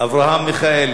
אברהם מיכאלי,